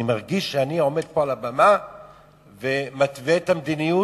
אני מרגיש שהוא עומד פה על הבמה ומתווה את המדיניות.